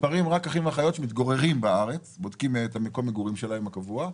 מספר אחים ואחיות שמתגוררים בארץ בודקים את מקום המגורים הקבוע שלהם.